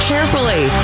carefully